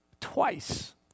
twice